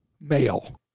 male